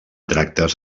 tractes